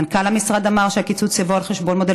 מנכ"ל המשרד אמר שהקיצוץ יבוא על חשבון מודל